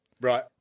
Right